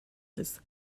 this